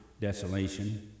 desolation